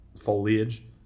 foliage